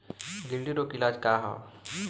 गिल्टी रोग के इलाज का ह?